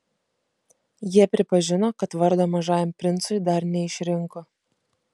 jie pripažino kad vardo mažajam princui dar neišrinko